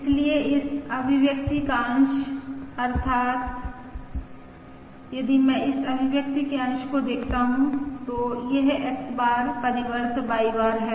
इसलिए इस अभिव्यक्ति का अंश अर्थात् यदि मैं इस अभिव्यक्ति के अंश को देखता हूं तो यह X बार परिवर्त Y बार है